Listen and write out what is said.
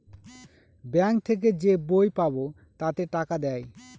bank থেকে যে বই পাবো তাতে টাকা দেয়